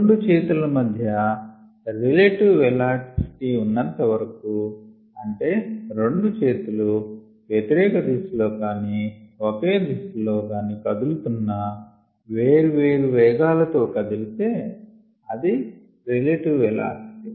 రెండు చేతుల మధ్య రిలేటివ్ వెలాసిటీ ఉన్నంత వరకు అంటే రెండు చేతులు వ్యతిరేక దిశలో కానీ ఒకే దిశలో కదులుతున్నా వేర్వేరు వేగాలతో కదిలితే అది రిలేటివ్ వెలాసిటీ